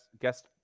guest